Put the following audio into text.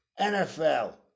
NFL